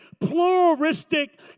pluralistic